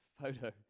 photo